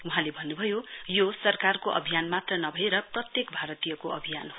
वहाँले भन्नुभयो यो सरकारको अभियान मात्र नभएर प्रत्येक भारतीयको अभियान हो